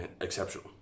exceptional